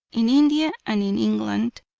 in india and in england,